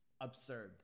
absurd